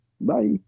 bye